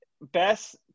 best